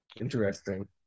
Interesting